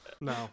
No